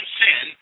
sin